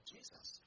Jesus